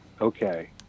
Okay